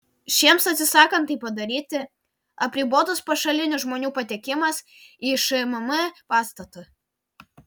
šiems atsisakant tai padaryti apribotas pašalinių žmonių patekimas į šmm pastatą